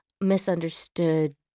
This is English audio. misunderstood